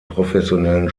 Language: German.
professionellen